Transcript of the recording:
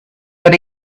but